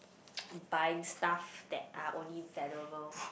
buying stuff that are only valuable